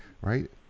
Right